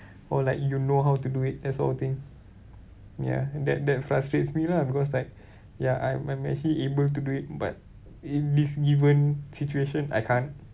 or like you know how to do it that sort of thing ya and that that frustrates me lah because like ya I'm I'm actually able to do it but in this given situation I can't